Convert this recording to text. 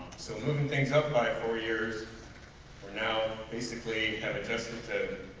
so moving things up by four years we're now basically have a test and to